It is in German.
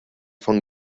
von